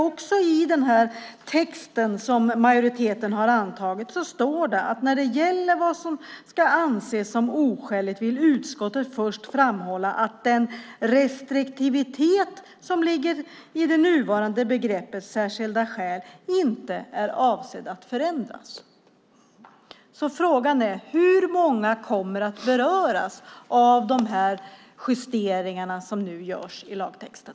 I den text som majoriteten har antagit står det: "När det gäller vad som ska anses som oskäligt vill utskottet först framhålla att den restriktivitet som ligger i det nuvarande begreppet särskilda skäl inte är avsedd att förändras." Frågan är: Hur många kommer att beröras av dessa justeringar som nu görs i lagtexten?